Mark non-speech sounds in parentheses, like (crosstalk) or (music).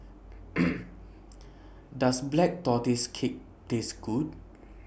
(noise) Does Black tortoises Cake Taste Good